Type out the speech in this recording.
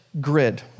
grid